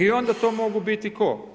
I onda to mogu biti, tko?